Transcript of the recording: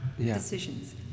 decisions